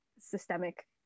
systemic